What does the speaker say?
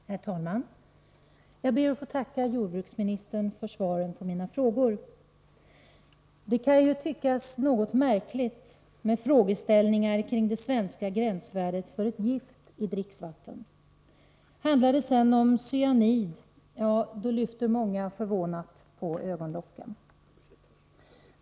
Herr talman! Jag ber att få tacka jordbruksministern för svaret på mina frågor. Det kan tyckas något märkligt med frågeställningar kring det svenska gränsvärdet för ett gift i dricksvatten. Handlar det sedan om cyanid, höjer många förvånat ögonbrynen.